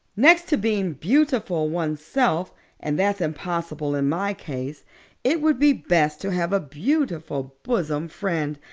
next to being beautiful oneself and that's impossible in my case it would be best to have a beautiful bosom friend.